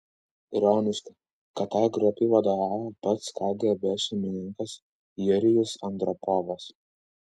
ironiška kad tai grupei vadovavo pats kgb šeimininkas jurijus andropovas